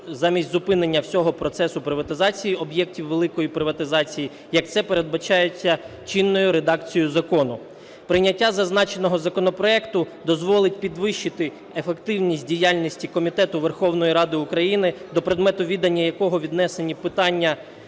замість зупинення всього процесу приватизації об'єктів великої приватизації, як це передбачається чинною редакцією закону. Прийняття зазначеного законопроекту дозволить підвищити ефективність діяльності Комітету Верховної Ради України, до предмету відання якого віднесені питання